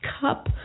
Cup